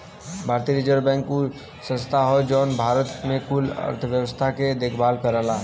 भारतीय reserve bank उ संस्था हौ जौन भारत के कुल अर्थव्यवस्था के देखभाल करला